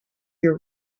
your